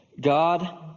God